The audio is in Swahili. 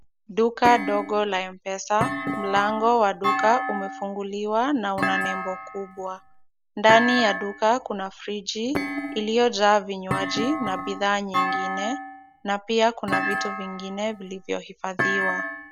Duka ndogo la m-pesa. Mlango wa duka umefunguliwa na una nembo kubwa. Ndani ya duka kuna friji iliyojaa vinywaji na bidhaa nyingine na pia kuna vitu vingine vilivyohifadhiwa.